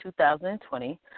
2020